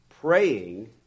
praying